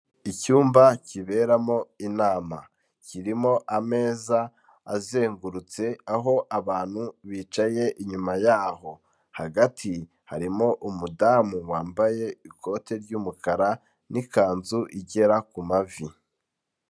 Icyumba kiberamo inama kirimo ameza azengurutse aho abantu bicaye inyuma yaho, hagati harimo umudamu wambaye ikote ry'umukara n'ikanzu igera ku mavi.